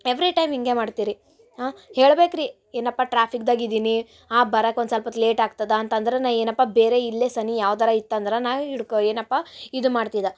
every time ಹೀಗೆ ಮಾಡ್ತಿರಿ ಹೇಳ್ಬೇಕು ರೀ ಏನಪ್ಪ ಟ್ರಾಫಿಕ್ದಾಗ ಇದ್ದೀನಿ ಆ ಬರಕ್ಕೆ ಒಂದು ಸೊಲ್ಪ ಹೊತ್ತು ಲೇಟ್ ಆಗ್ತದ ಅಂತ ಅಂದ್ರ ನಾ ಏನಪ್ಪಾ ಬೇರೆ ಇಲ್ಲೇ ಸನಿಹ ಯಾವ್ದಾರ ಇತ್ತಂದ್ರ ನಾವು ಹಿಡ್ಕೊ ಏನಪ್ಪ ಇದು ಮಾಡ್ತಿದ